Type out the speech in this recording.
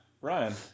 Ryan